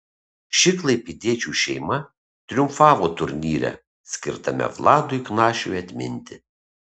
ši klaipėdiečių šeima triumfavo turnyre skirtame vladui knašiui atminti